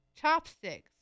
chopsticks